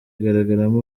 igaragaramo